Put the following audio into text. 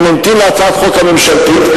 אני ממתין להצעת החוק הממשלתית.